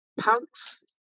punks